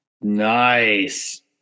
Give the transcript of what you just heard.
Nice